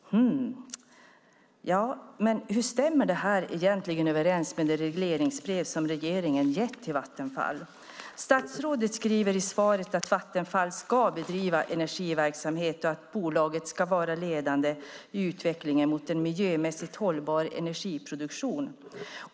Hur stämmer det överens med det regleringsbrev som regeringen gett till Vattenfall? Statsrådet skriver i svaret att Vattenfall ska bedriva energiverksamhet och att bolaget ska vara ledande i utvecklingen mot en miljömässigt hållbar energiproduktion.